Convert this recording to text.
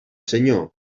senyor